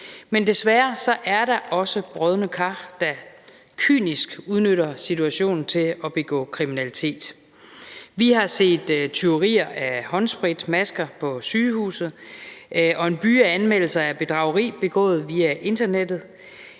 Men desværre er der også brodne kar, der kynisk udnytter situationen til at begå kriminalitet. Vi har set tyverier af håndsprit og masker på sygehuse, en byge af anmeldelser af bedrageri begået via internettet